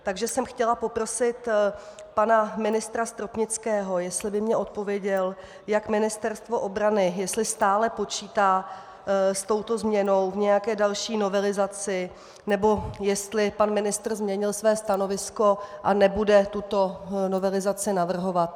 Takže jsem chtěla poprosit pana ministra Stropnického, jestli by mi odpověděl, jak Ministerstvo obrany, jestli stále počítá s touto změnou v nějaké další novelizaci, nebo jestli pan ministr změnil své stanovisko a nebude tuto novelizaci navrhovat.